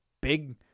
big